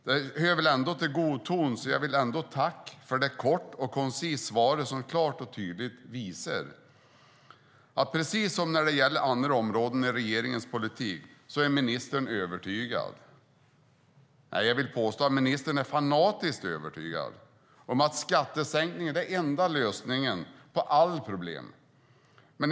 Det hör väl till god ton, så jag vill ändå tacka för det korta och koncisa svaret. Det visar klart och tydligt att ministern, precis som när det gäller andra områden i regeringens politik, är övertygad - nej, jag vill påstå att ministern är fanatiskt övertygad - om att skattesänkningar är den enda lösningen på alla problem.